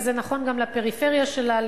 אבל זה נכון גם לפריפריה שלה,